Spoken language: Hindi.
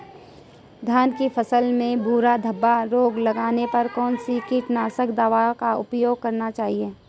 धान की फसल में भूरा धब्बा रोग लगने पर कौन सी कीटनाशक दवा का उपयोग करना चाहिए?